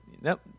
nope